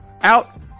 out